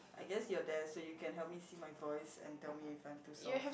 I guess you're there so you can help me see my voice and tell me if I'm too soft